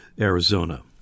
Arizona